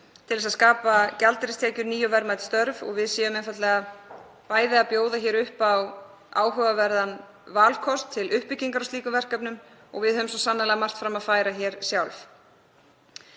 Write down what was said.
til þess að skapa gjaldeyristekjur og ný og verðmæt störf og að við séum einfaldlega að bjóða upp á áhugaverðan valkost til uppbyggingar á slíkum verkefnum og við höfum svo sannarlega margt fram að færa sjálf.